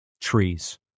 Trees